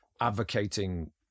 advocating